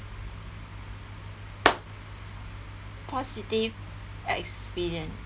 positive experience